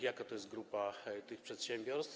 Jaka to jest grupa tych przedsiębiorstw?